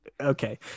Okay